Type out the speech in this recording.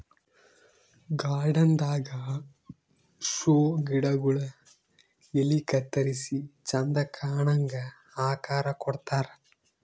garden ದಾಗಾ show ಗಿಡಗೊಳ್ ಎಲಿ ಕತ್ತರಿಸಿ ಚಂದ್ ಕಾಣಂಗ್ ಆಕಾರ್ ಕೊಡ್ತಾರ್